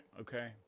okay